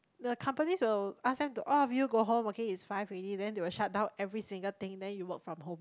the companies will ask them to all of you go home okay it's five already then they will shut down every single thing then you work from home